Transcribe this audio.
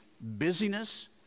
busyness